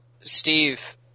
Steve